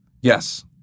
Yes